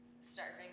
starving